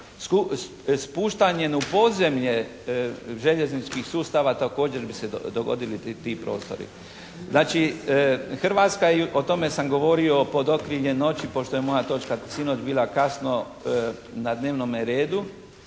Spuštanjem u podzemlje željezničkih sustava također bi se dogodili ti prostori. Znači Hrvatska, i o tome sam govorio pod okriljem noći pošto je moja točka sinoć bila kasno na dnevnome redu,